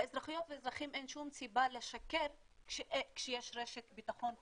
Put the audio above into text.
לאזרחיות ולאזרחים אין שום סיבה לשקר כשיש רשת ביטחון כלכלית,